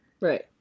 right